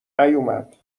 نیومد